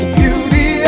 beauty